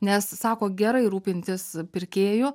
nes sako gerai rūpintis pirkėju